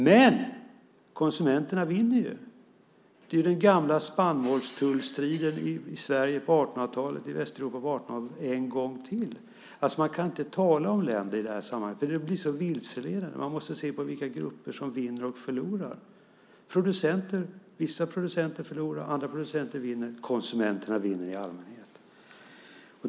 Men konsumenterna vinner ju. Det är den gamla spannmålstullstriden i Sverige och Västeuropa på 1800-talet en gång till. Man kan inte tala om länder i det här sammanhanget. Det blir så vilseledande. Man måste se på vilka grupper som vinner och förlorar. Vissa producenter förlorar, andra producenter vinner. Konsumenterna vinner i allmänhet.